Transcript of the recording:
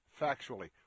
factually